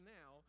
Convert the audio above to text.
now